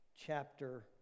chapter